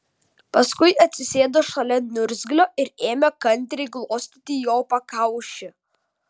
paskui atsisėdo šalia niurzglio ir ėmė kantriai glostyti jo pakaušį